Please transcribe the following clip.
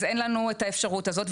אז אין לנו את האפשרות הזאת.